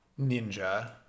Ninja